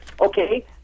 okay